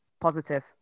Positive